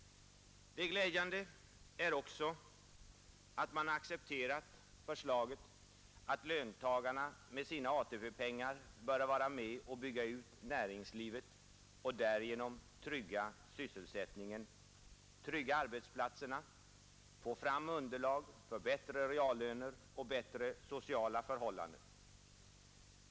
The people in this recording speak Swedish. Glädjande är också att man accepterat förslaget att löntagarna med sina ATP-pengar bör vara med och bygga ut näringslivet och därigenom säkra sysselsättningen, trygga arbetsplatserna och få fram underlag för bättre reallöner och bättre sociala förhållanden.